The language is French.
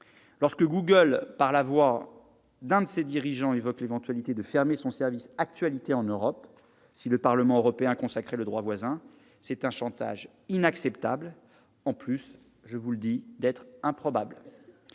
! Google, par la voix d'un de ses dirigeants, a évoqué l'éventualité de fermer son service Actualités en Europe si le Parlement européen consacrait le droit voisin : il s'agit d'un chantage inacceptable, en plus d'une mesure improbable.